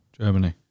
Germany